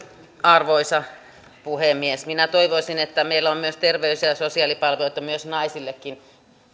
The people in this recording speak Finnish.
arvoisa puhemies minä toivoisin että meillä on terveys ja sosiaalipalveluita naisillekin